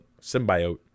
symbiote